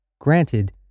Granted